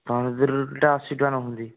ତନ୍ଦୁରି ରୁଟିଟା ଅଶି ଟଙ୍କା ନେଉଛନ୍ତି